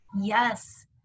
Yes